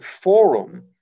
forum